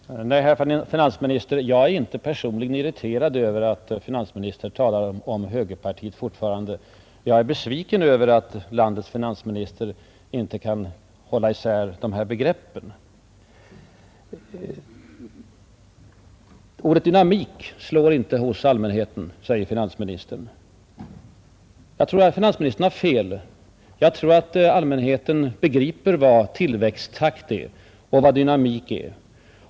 Fru talman! Jag är, herr finansminister, inte personligen irriterad över att finansministern fortfarande talar om högerpartiet. Jag är bara besviken över att landets finansminister inte kan hålla isär begreppen. Ordet dynamik slår inte hos allmänheten, säger finansministern. Jag tror att finansministern har fel. Jag tror allmänheten begriper vad tillväxttakt är och vad dynamik är.